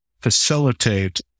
facilitate